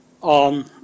on